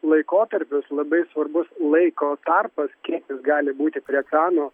laikotarpis labai svarbus laiko tarpas kiek jis gali būti prie ekranų